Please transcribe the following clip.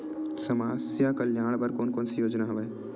समस्या कल्याण बर कोन कोन से योजना हवय?